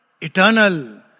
eternal